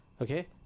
Okay